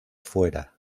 fuera